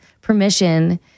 permission